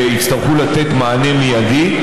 שיצטרכו לתת מענה מיידי.